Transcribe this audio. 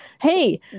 hey